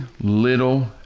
little